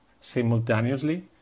simultaneously